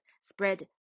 spread